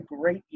great